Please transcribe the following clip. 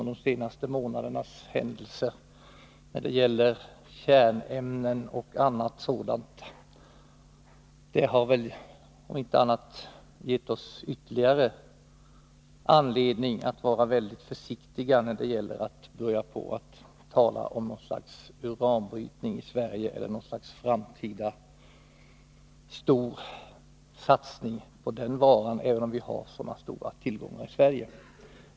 De senaste månadernas händelser när det gäller kärnämnen och sådant har väl om inte annat gett oss ytterligare anledning att vara mycket försiktiga när det gäller att börja tala om uranbrytning i Sverige eller någon framtida stor satsning på den varan, även om vi har sådana stora tillgångar i Sverige.